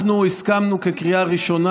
אנחנו הסכמנו להעלות את זה לקריאה ראשונה